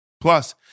Plus